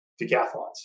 decathlons